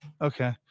Okay